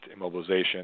immobilization